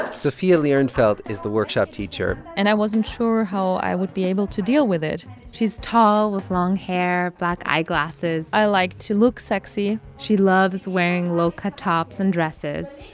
ah sophia lierenfeld is the workshop teacher teacher and i wasn't sure how i would be able to deal with it she's tall with long hair, black eyeglasses i like to look sexy she loves wearing low-cut tops and dresses.